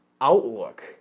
outlook